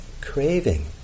craving